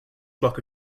flock